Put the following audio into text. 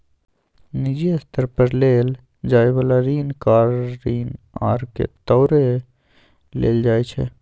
निजी स्तर पर लेल जाइ बला ऋण कार ऋण आर के तौरे लेल जाइ छै